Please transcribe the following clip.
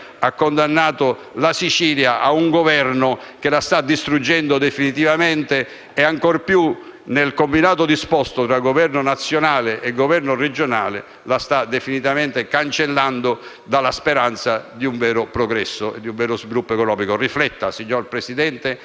mia Sicilia - la Sicilia a un Governo che la sta distruggendo definitivamente. Ancor di più, il combinato disposto tra Governo regionale e nazionale sta definitivamente cancellando la speranza di un vero progresso e sviluppo economico.